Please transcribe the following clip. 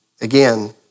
again